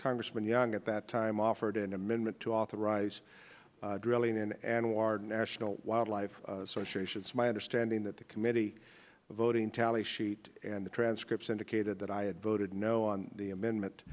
congressman young at that time offered an amendment to authorize drilling in anwar national wildlife it's my understanding that the committee voting tally sheet and the transcripts indicated that i had voted no on the amendment